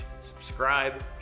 subscribe